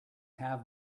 have